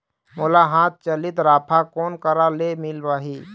मोला हाथ चलित राफा कोन करा ले मिल पाही?